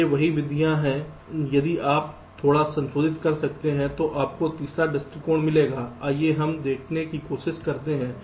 अब ये वही विधियां हैं यदि आप थोड़ा संशोधित कर सकते हैं तो आपको तीसरा दृष्टिकोण मिलेगा आइए हम देखने की कोशिश करते हैं